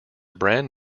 brand